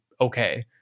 okay